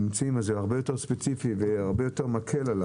הרבה יותר ספציפי ומקל.